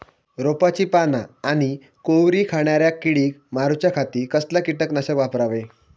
रोपाची पाना आनी कोवरी खाणाऱ्या किडीक मारूच्या खाती कसला किटकनाशक वापरावे?